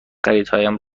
خریدهایم